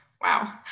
wow